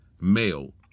male